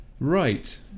right